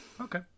Okay